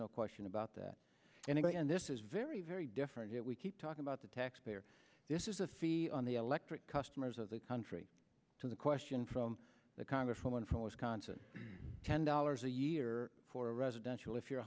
no question about that and again this is very very different it we keep talking about the taxpayer this is the fee on the electric customers of the country to the question from the congresswoman from wisconsin ten dollars a year for residential if you're